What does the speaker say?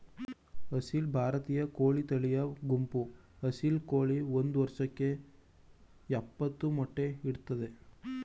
ಅಸೀಲ್ ಭಾರತೀಯ ಕೋಳಿ ತಳಿಯ ಗುಂಪು ಅಸೀಲ್ ಕೋಳಿ ಒಂದ್ ವರ್ಷಕ್ಕೆ ಯಪ್ಪತ್ತು ಮೊಟ್ಟೆ ಇಡ್ತದೆ